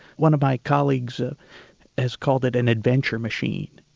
one of my colleagues ah has called it an adventure machine,